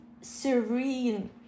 serene